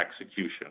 execution